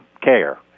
care